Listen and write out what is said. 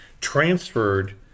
transferred